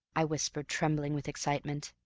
i whispered, trembling with excitement.